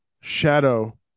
shadow